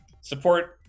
support